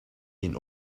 and